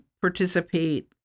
participate